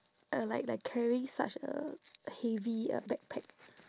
uh like like carrying such a heavy uh backpack